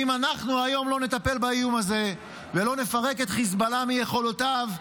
אם אנחנו לא נטפל היום באיום הזה ולא נפרק את חיזבאללה מיכולותיו,